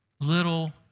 little